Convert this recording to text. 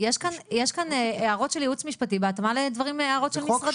יש כאן הערות של הייעוץ המשפטי בהתאמה להערות של משרדים.